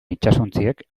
itsasontziek